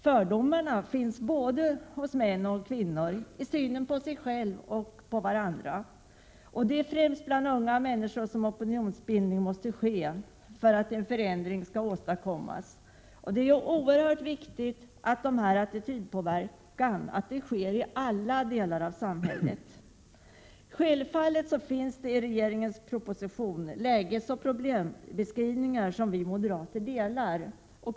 Fördomar finns hos både män och kvinnori deras syn på sig själva och varandra. Det är främst bland unga människor som opinion måste bildas för att en förändring skall åstadkommas. Det är oerhört viktigt att attitydpåverkan sker i alla delar av samhället. Självfallet finns i regeringens proposition lägesoch problembeskrivningar som vi moderater delar.